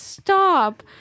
stop